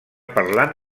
parlant